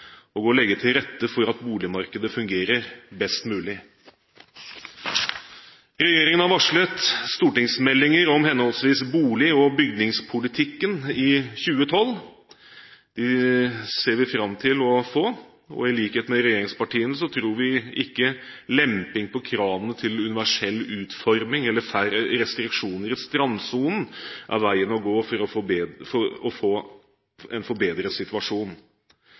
og å legge til rette for at boligmarkedet fungerer best mulig. Regjeringen har varslet stortingsmeldinger om henholdsvis bolig- og bygningspolitikken i 2012. De ser vi fram til å få. I likhet med regjeringspartiene tror vi ikke lemping på kravene til universell utforming eller færre restriksjoner i strandsonen er veien å gå for å få en forbedret situasjon, men vi er bekymret for førstegangsetablererne og andre som sliter med å få